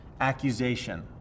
accusation